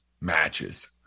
matches